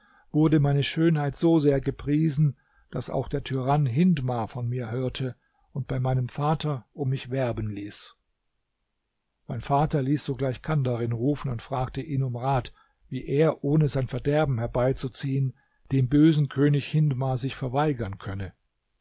wurde meine schönheit so sehr gepriesen daß auch der tyrann hindmar von mir hörte und bei meinem vater um mich werben ließ mein vater ließ sogleich kandarin rufen und fragte ihn um rat wie er ohne sein verderben herbeizuziehen dem bösen könig hindmar mich verweigern könne